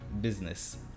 business